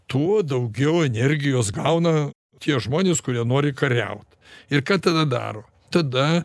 tuo daugiau energijos gauna tie žmonės kurie nori kariaut ir ką tada daro tada